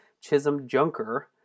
Chisholm-Junker